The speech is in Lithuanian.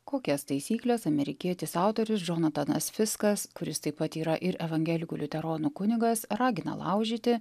kokias taisykles amerikietis autorius džonatanas fiskas kuris taip pat yra ir evangelikų liuteronų kunigas ragina laužyti